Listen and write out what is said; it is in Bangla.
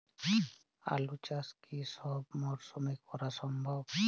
আলু চাষ কি সব মরশুমে করা সম্ভব?